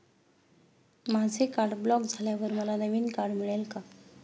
माझे card block झाल्यावर मला नवीन कार्ड मिळेल का?